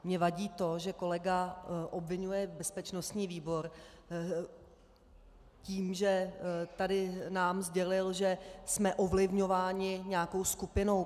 Mně vadí to, že kolega obviňuje bezpečnostní výbor tím, že nám sdělil, že jsme ovlivňováni nějakou skupinou.